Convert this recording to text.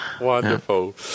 Wonderful